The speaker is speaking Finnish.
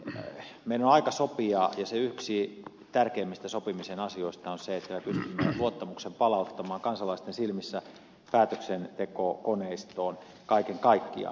meidän on aika sopia ja yksi tärkeimmistä sopimisen asioista on se että me pystymme palauttamaan luottamuksen kansalaisten silmissä päätöksentekokoneistoon kaiken kaikkiaan